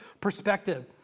perspective